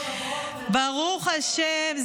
ברוך השם.